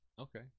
Okay